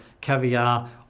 caviar